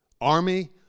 Army